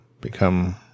become